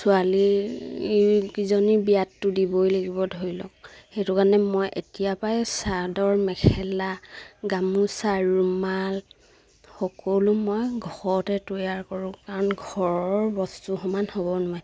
ছোৱালীকিজনী বিয়াতটো দিবই লাগিব ধৰি লওক সেইটো কাৰণে মই এতিয়াৰ পৰাই ছাদৰ মেখেলা গামোচা ৰুমাল সকলো মই ঘৰতে তৈয়াৰ কৰোঁ কাৰণ ঘৰৰ বস্তু সমান হ'ব নোৱাৰে